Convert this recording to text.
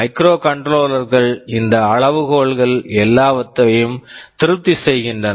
microcontroller microcontroller கள் இந்த அளவுகோல்கள் எல்லாவற்றையும் திருப்தி செய்கின்றன